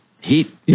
heat